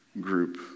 group